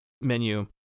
menu